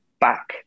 back